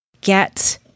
Get